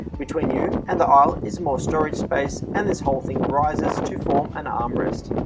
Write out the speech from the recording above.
between you and the aisle is more storage space and this whole thing rises to form an armrest.